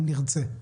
אם נרצה.